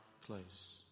place